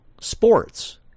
sports